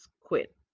quit